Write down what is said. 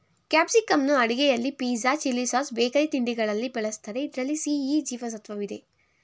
ಕ್ಯಾಪ್ಸಿಕಂನ್ನು ಅಡುಗೆಯಲ್ಲಿ pizza, chilli sauce, bakery ತಿಂಡಿಗಳಲ್ಲಿ ಬಳ್ಸತ್ತರೆ ಇದ್ರಲ್ಲಿ ಸಿ, ಇ ಜೀವ ಸತ್ವವಿದೆ